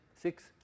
Six